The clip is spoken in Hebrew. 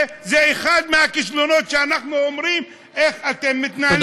וזה אחד מהכישלונות שאנחנו אומרים: איך אתם מתנהלים?